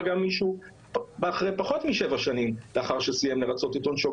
גם מישהו אחרי פחות משבע שנים לאחר שסיים לרצות את עונשו,